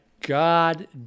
God